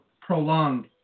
prolonged